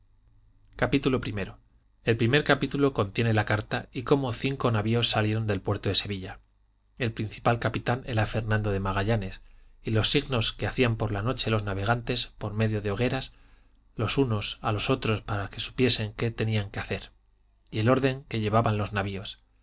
capítulo primero el primer capítulo contiene la carta y cómo cinco navios salieron del puerto de sevilla el principal capitán era fernando de magallanes y los signos que hacían por la noche los navegantes por medio de hogueras los unos a los otros para que supiesen qué tenían que hacer y el orden que llevaban los navios